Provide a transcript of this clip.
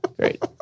Great